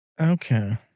Okay